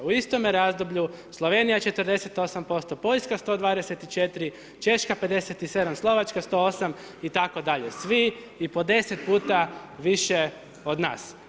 U istome razdoblju Slovenija 48%, Poljska 124%, Češka 57%, Slovačka 108% itd., svi i po 10 puta više od nas.